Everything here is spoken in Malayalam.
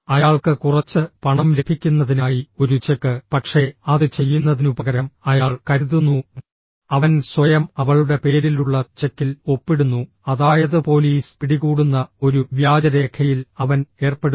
അയാൾക്ക് കുറച്ച് പണം ലഭിക്കുന്നതിനായി ഒരു ചെക്ക് പക്ഷേ അത് ചെയ്യുന്നതിനുപകരം അയാൾ കരുതുന്നു അവൻ സ്വയം അവളുടെ പേരിലുള്ള ചെക്കിൽ ഒപ്പിടുന്നു അതായത് പോലീസ് പിടികൂടുന്ന ഒരു വ്യാജരേഖയിൽ അവൻ ഏർപ്പെടുന്നു